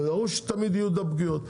וברור שתמיד יהיו את הפגיעות,